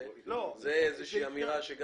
זו איזו שהיא אמירה לא